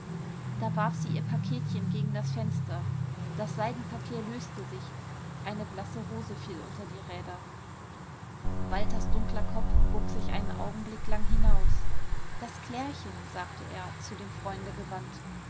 da warf sie ihr paketchen gegen das fenster das seidenpapier löste sich eine blasse rose fiel unter die räder walters dunkler kopf bog sich einen augenblick lang hinaus das klärchen sagte er zu dem freunde gewandt